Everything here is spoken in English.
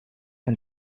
and